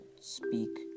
Speak